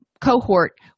cohort